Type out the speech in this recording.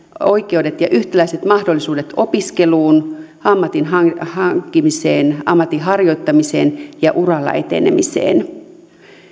oikeudet ja yhtäläiset mahdollisuudet opiskeluun ammatin hankkimiseen ammatin harjoittamiseen ja uralla etenemiseen